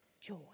joy